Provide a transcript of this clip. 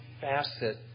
facet